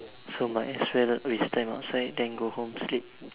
so might as well we stand outside then go home sleep